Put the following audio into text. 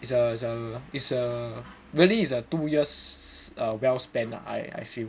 is a is a really is a two years well spent I I feel